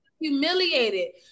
humiliated